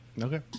Okay